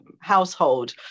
household